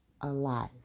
alive